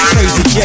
Crazy